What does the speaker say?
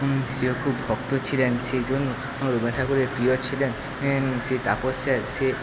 সেও খুব সেও খুব ভক্ত ছিলেন সেইজন্য রবীন্দ্রনাথ ঠাকুরের প্রিয় ছিলেন সে তাপস স্যার